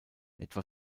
etwa